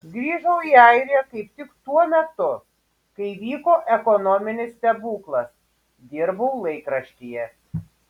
grįžau į airiją kaip tik tuo metu kai vyko ekonominis stebuklas dirbau laikraštyje